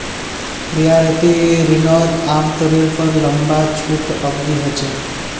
रियायती रिनोत आमतौर पर लंबा छुट अवधी होचे